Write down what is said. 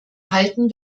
halten